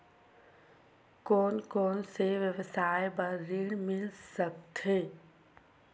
कोन कोन से व्यवसाय बर ऋण मिल सकथे?